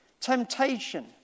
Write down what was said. Temptation